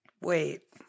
Wait